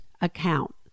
account